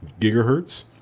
gigahertz